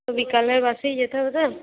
তো বিকালের বাসেই যেতে হবে তো